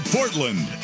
Portland